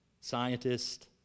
scientists